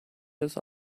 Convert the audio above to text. this